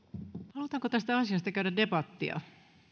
halutaanko tästä asiasta käydä debattia